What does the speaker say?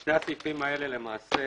בשני הסעיפים האלה למעשה